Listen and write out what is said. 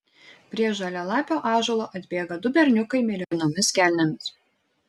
prie žalialapio ąžuolo atbėga du berniukai mėlynomis kelnėmis